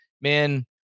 man